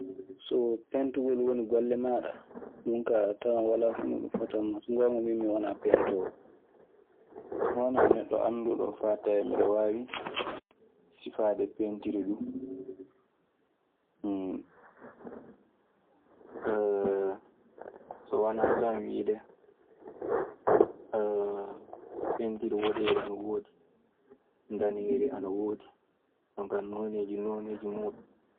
So peentugol woni golle maaɗa, ɗun kaa atawan walaa fuu no ɗun fotan maa. So ngpoonga min mi wanaa peentoowo. Mi wanaa neɗɗo annduɗo faa tawee miɗe waawi sifaade peetiir duu. So wanaa tan wiide peentir woɗeeri ana woodi, ndaneeri ana woodi. Jonka nooneeji nooneeji muuɗun.